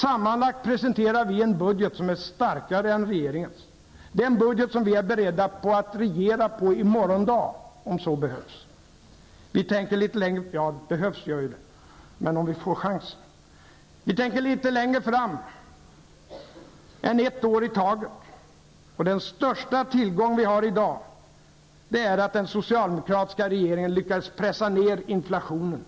Sammanlagt presenterar vi en budget som är starkare än regeringens. Det är en budget som vi om så behövs är beredda att regera på i morgon dag. Ja, den behövs förstås, men frågan är om vi får chansen. Vi tänker litet längre fram än ett år i taget. Den största tillgång som vi har i dag är att den socialdemokratiska regeringen lyckades pressa ned inflationen.